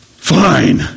Fine